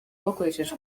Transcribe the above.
bakoresheje